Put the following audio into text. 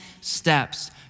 steps